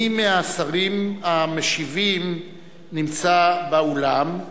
מי מהשרים המשיבים נמצא באולם?